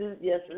Yes